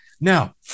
Now